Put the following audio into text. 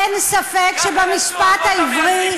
אין ספק שבמשפט העברי,